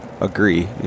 agree